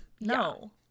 no